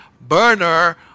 burner